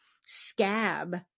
scab